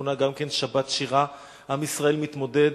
המכונה גם "שבת שירה" עם ישראל מתמודד